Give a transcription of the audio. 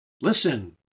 listen